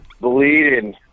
Bleeding